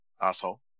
asshole